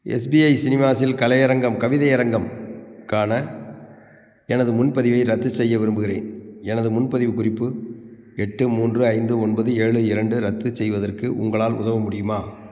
SBI சினிமாஸில் கலையரங்கம் கவிதையரங்கம் கான எனது முன்பதிவை ரத்துசெய்ய விரும்புகிறேன் எனது முன்பதிவு குறிப்பு எட்டு மூன்று ஐந்து ஒன்பது ஏழு இரண்டு ரத்து செய்வதற்கு உங்களால் உதவ முடியுமா